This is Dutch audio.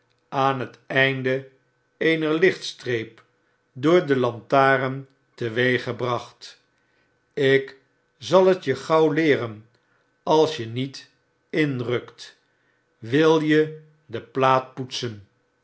aan het einde eener lichtstreep door de lantaarn teweeggebracht ik zal t je gauw leeren als je niet inrukt wil je de plaat poetsen